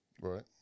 Right